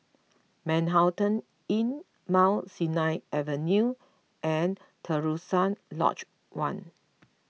Manhattan Inn Mount Sinai Avenue and Terusan Lodge one